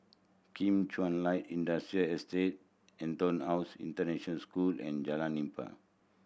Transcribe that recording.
Kim Chuan Light Industrial Estate EtonHouse International School and Jalan Nipah